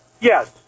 Yes